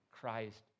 Christ